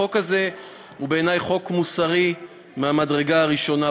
החוק הזה הוא בעיני חוק מוסרי מהמדרגה הראשונה.